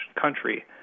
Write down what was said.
country